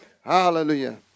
Hallelujah